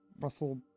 Russell